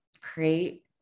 create